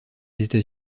états